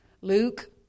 Luke